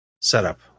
setup